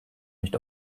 nicht